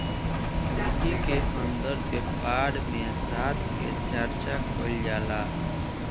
equity के अंदर व्यापार में साथ के चर्चा कईल जाला